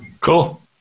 cool